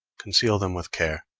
conceal them with care,